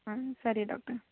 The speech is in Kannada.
ಹಾಂ ಸರಿ ಡಾಕ್ಟರ್